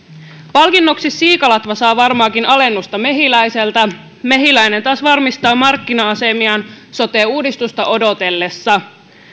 palkinnoksi siikalatva saa varmaankin alennusta mehiläiseltä mehiläinen taas varmistaa markkina asemiaan sote uudistusta odotellessa